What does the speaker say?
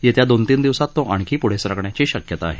येत्या दोन तीन दिवसांत तो आणखी प्ढे सरकण्याची शक्यता आहे